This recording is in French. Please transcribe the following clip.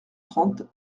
trente